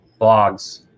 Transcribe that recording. blogs